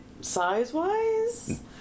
size-wise